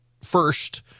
First